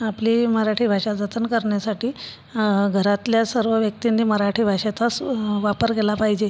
आपली मराठी भाषा जतन करण्यासाठी घरातल्या सर्व व्यक्तींनी मराठी भाषेचाच वापर केला पाहिजे